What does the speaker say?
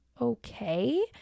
Okay